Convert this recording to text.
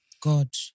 god